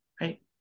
Right